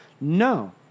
No